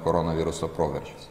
koronaviruso proveržis